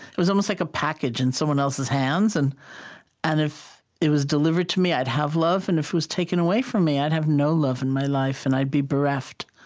it was almost like a package in someone else's hands, and and if it was delivered to me, i'd have love, and if it was taken away from me, i'd have no love in my life, and i'd be bereft.